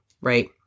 right